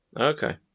Okay